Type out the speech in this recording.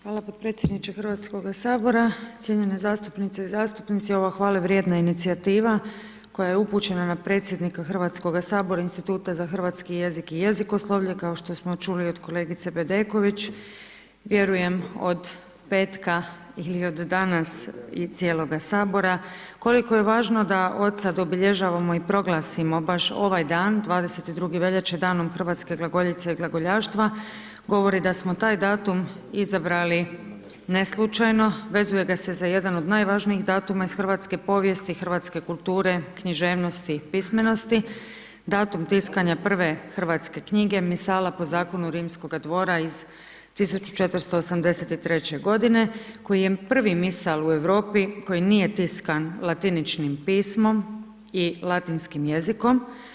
Hvala podpredsjedniče Hrvatskoga sabora, cjenjene zastupnice i zastupnici ova hvale vrijedna inicijativa koja je upućena na predsjednika Hrvatskoga sabora Instituta za hrvatski jezik i jezikoslovlje kao što smo čuli od kolegice Bedeković, vjerujem od petka ili od danas i cijeloga sabora koliko je važno da od sada obilježavamo i proglasimo baš ovaj dan 22. veljače danom Hrvatske glagoljice i glagoljaštva govori da smo taj datum izabrali neslučajno, vezuje ga se za jedan od najvažnijih datuma hrvatske povijesti, hrvatske kulture, književnosti i pismenosti, datum tiskanja prve hrvatske knjige Misala po zakonu rimskoga dvora iz 1483. godine koji je prvi Misal u Europi koji nije tiskan latiničnim pismom i latinskim jezikom.